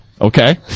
Okay